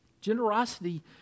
Generosity